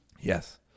Yes